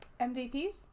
MVPs